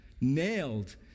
nailed